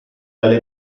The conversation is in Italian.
alle